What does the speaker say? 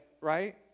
right